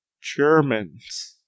Germans